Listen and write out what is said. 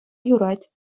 юрать